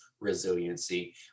resiliency